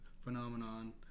phenomenon